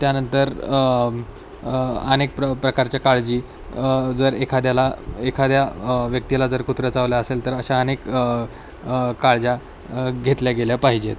त्यानंतर अनेक प्र प्रकारच्या काळजी जर एखाद्याला एखाद्या व्यक्तीला जर कुत्रं चावलं असेल तर अशा अनेक काळजा घेतल्या गेल्या पाहिजेत